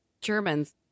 Germans